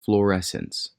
fluorescence